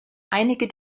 einige